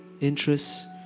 interests